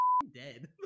dead